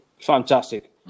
Fantastic